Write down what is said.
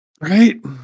right